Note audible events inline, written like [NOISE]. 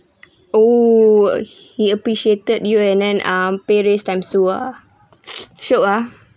oh he appreciated you and then um pay raise times two ah [NOISE] shiok ah